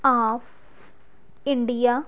of India